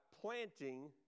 planting